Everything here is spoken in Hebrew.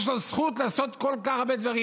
יש לו זכות לעשות כל כך הרבה דברים.